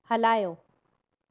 हलायो